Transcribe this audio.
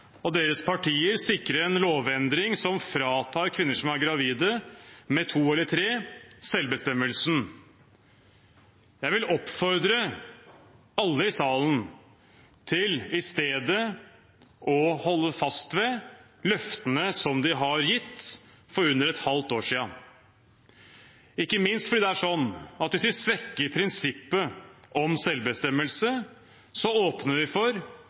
og deres partier sikre en lovendring som fratar kvinner som er gravide med to eller tre, selvbestemmelsen. Jeg vil oppfordre alle i salen til i stedet å holde fast ved løftene som de ga for under et halvt år siden, ikke minst fordi hvis vi svekker prinsippet om selvbestemmelse, åpner vi for